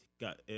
got